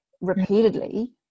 repeatedly